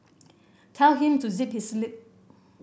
tell him to zip his lip